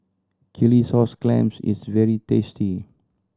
chilli sauce clams is very tasty